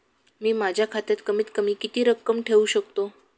मी माझ्या खात्यात कमीत कमी किती रक्कम ठेऊ शकतो?